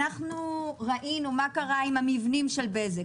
אנחנו ראינו מה קרה עם המבנים של בזק.